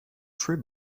three